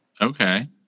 Okay